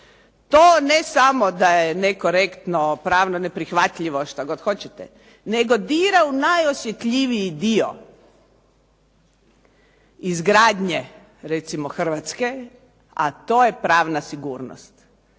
To ne samo da je nekorektno, pravno neprihvatljivi što god hoćete, nego dira u najosjetljiviji dio izgradnje recimo Hrvatske, a to je pravna sigurnost.